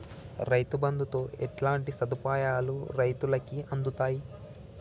రైతు బంధుతో ఎట్లాంటి సదుపాయాలు రైతులకి అందుతయి?